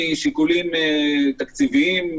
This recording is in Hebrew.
משיקולים תקציביים,